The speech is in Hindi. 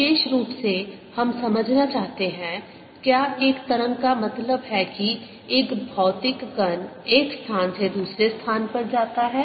विशेष रूप से हम समझना चाहते हैं क्या एक तरंग का मतलब है कि एक भौतिक कण एक स्थान से दूसरे स्थान पर जाता है